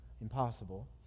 impossible